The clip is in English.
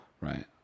Right